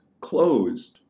closed